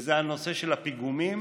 וזה הנושא של הפיגומים